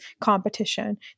competition